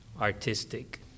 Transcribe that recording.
artistic